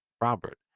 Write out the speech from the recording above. Robert